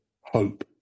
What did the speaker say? hope